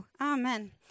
Amen